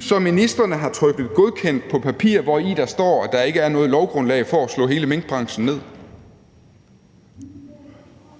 Så ministrene har trykket godkendt på papirer, hvori der står, at der ikke er noget lovgrundlag for at slå hele minkbranchen ned.